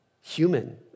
human